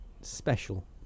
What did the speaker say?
special